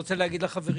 אני רוצה להגיד לחברים,